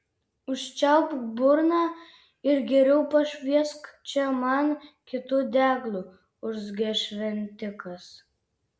užčiaupk burną ir geriau pašviesk čia man kitu deglu urzgė šventikas